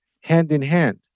hand-in-hand